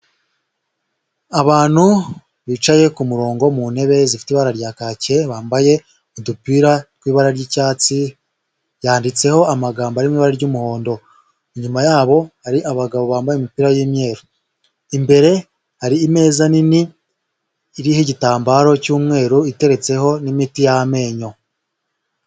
Abantu bicaye ku murongo mu ntebe zifite ibara rya kake, bambaye udupira tw'ibara ry'icyatsi, yanditseho amagambo ari mu ibara ry'umuhondo, inyuma yabo hari abagabo bambaye imipira y'imyeru, imbere hari imeza nini iriho igitambaro cy'umweru iteretseho n'imiti y'amenyo.